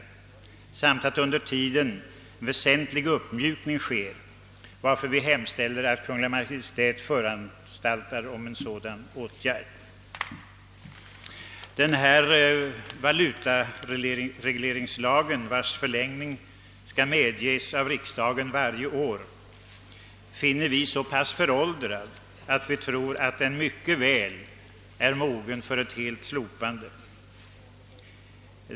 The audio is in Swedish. Vi önskar också att under tiden en väsentlig uppmjukning vidtages, varför vi hemställer att Kungl. Maj:t föranstaltar om en sådan åtgärd. Denna valutaregleringslag, vars förlängning skall medges av riksdagen varje år, finner vi så föråldrad att vi tror att den är mogen att helt slopas.